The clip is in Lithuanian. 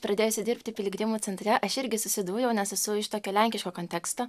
pradėjusi dirbti piligrimų centre aš irgi susidūriau nes esu iš tokio lenkiško konteksto